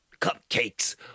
cupcakes